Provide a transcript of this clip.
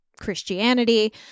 christianity